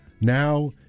now